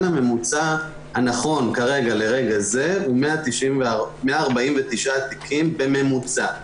הממוצע הנכון כרגע לרגע זה הוא 149 תיקים בממוצע.